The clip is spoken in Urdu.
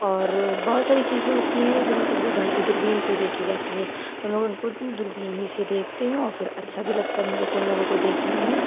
اور بہت ساری چیزیں ہوتی ہیں جو مطلب دور بہن دور بین سے دیكھی جاتی ہیں ہم لوگ اُن كو دور بین ہی سے دیکھتے ہیں اور پھر اچھا بھی لگتا ہے ہم لوگوں كو اُن لوگوں كو دیكھنے میں